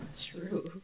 True